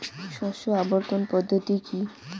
শস্য আবর্তন পদ্ধতি কি?